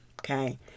okay